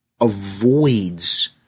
avoids